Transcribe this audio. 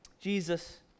Jesus